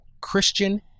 Christian